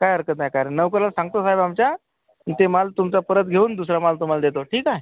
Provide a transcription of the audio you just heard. काही हरकत नाही कारण नोकराला सांगतो साहेब आमच्या ते माल तुमचा परत घेऊन दुसरा माल तुम्हाला देतो ठीक आहे